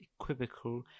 equivocal